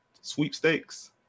sweepstakes